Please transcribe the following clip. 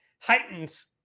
heightens